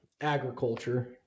agriculture